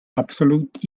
absolut